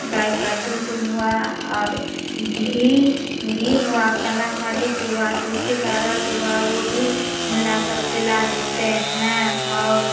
गाय का दूध हुआ और घी घी हुआ काली मिर्च हुआ तुलसी का रस हुआ वो भी मिलाकर पिला देते हैं और